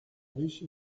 riche